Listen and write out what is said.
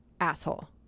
asshole